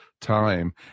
time